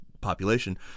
population